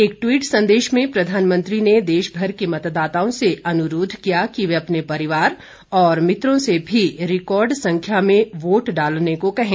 एक ट्वीट संदेश में प्रधानमंत्री ने देशभर के मतदाताओं से अनुरोध किया कि वे अपने परिवार और मित्रों से भी रिकॉर्ड संख्या में वोट डालने को कहें